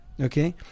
okay